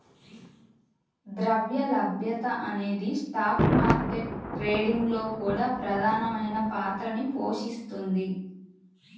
ద్రవ్య లభ్యత అనేది స్టాక్ మార్కెట్ ట్రేడింగ్ లో కూడా ప్రధానమైన పాత్రని పోషిస్తుంది